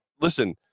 listen